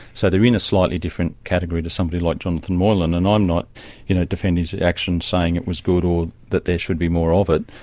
so they are in a slightly different category to somebody like jonathan moylan, and i'm not you know defending his actions, saying it was good or that there should be more of it.